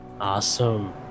Awesome